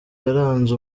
yaranze